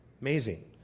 Amazing